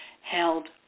held